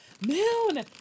Moon